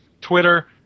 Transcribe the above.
Twitter